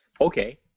Okay